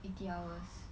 eighty hours